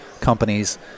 companies